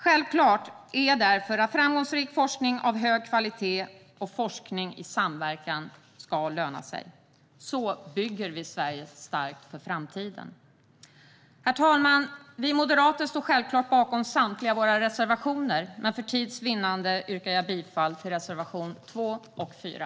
Självklart är därför att framgångsrik forskning av hög kvalitet och forskning i samverkan ska löna sig. Så bygger vi Sverige starkt för framtiden. Herr talman! Vi moderater står självklart bakom samtliga våra reservationer, men för tids vinnande yrkar jag bifall bara till reservationerna 2 och 4.